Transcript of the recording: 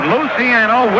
Luciano